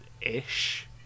ish